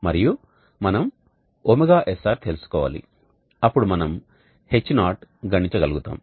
మరియు మనం ωsr తెలుసుకోవాలి అప్పుడు మనం H0 గణించగలుగుతాము